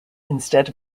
instead